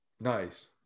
nice